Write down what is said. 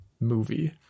movie